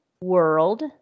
world